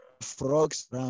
frogs